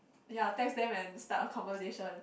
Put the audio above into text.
ya text them and start a conversation